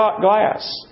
glass